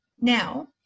Now